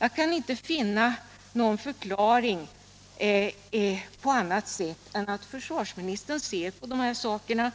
Jag kan inte finna någon annan förklaring än att försvarsministern ser på dessa frågor